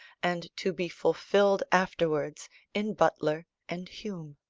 and to be fulfilled afterwards in butler and hume.